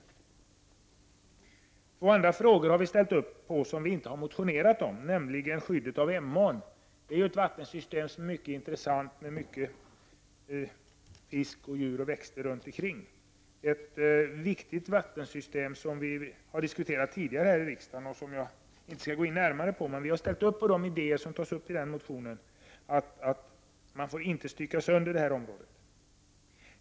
Det är ett par frågor där vi ställt upp men där vi inte har motionerat. Den ena gäller skyddet av Emån. Detta är ett vattensystem som är mycket intressant och har mycket fisk samt djur och växter runt omkring. Detta är ett viktigt vattensystem, som vi diskuterat här i riksdagen tidigare, varför jag inte skall gå närmare in på frågan. Men vi har som sagt ställt oss bakom den idé som framförts i motionen, att man inte får stycka sönder det här området.